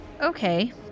Okay